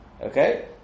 Okay